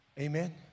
Amen